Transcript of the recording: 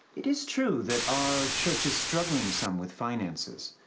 it is true that our church is struggling some with finances,